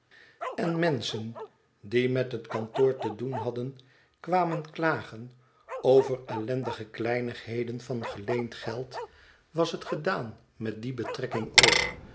en menschen die met het kantoor te doen hadden kwamen klagen over ellendige kleinigheden van geleend geld was het gedaan met die betrekking ook